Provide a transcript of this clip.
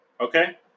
Okay